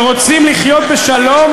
שרוצים לחיות בשלום,